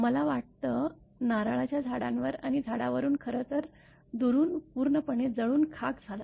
मला वाटतं नारळाच्या झाडांवर आणि झाडावरून खरं तर दुरून पूर्णपणे जळून खाक झालं